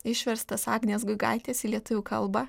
išverstas agnės guigaitės į lietuvių kalbą